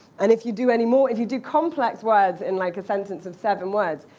and if you do any more, if you do complex words in like a sentence of seven words,